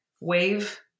wave